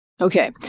Okay